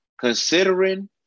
considering